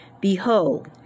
Behold